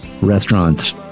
restaurants